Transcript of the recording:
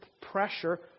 pressure